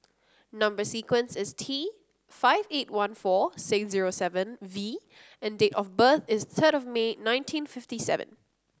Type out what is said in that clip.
number sequence is T five eight one four six zero seven V and date of birth is third of May nineteen fifty seven